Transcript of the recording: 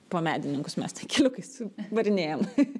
po medininkus mes takeliukais varinėjam